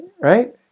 right